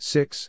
Six